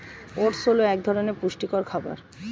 oats হল এক ধরনের পুষ্টিকর খাবার